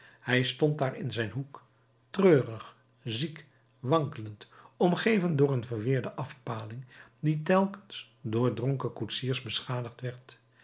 hij stond daar in zijn hoek treurig ziek wankelend omgeven door een verweerde afpaling die telkens door dronken koetsiers beschadigd